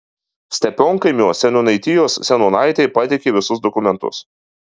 steponkaimio seniūnaitijos seniūnaitė pateikė visus dokumentus